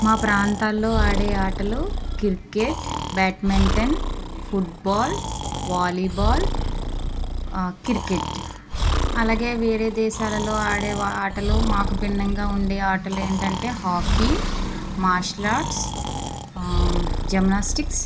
మా ప్రాంతాల్లో ఆడే ఆటలు cricket badminton football volleyball cricket అలాగే వేరే దేశాలలో ఆడే ఆటలు మాకు భిన్నంగా ఉండే ఆటలు ఏంటంటే హాకీ మార్షల్ ఆర్ట్స్ జిమ్నాస్టిక్స్